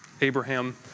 Abraham